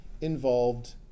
involved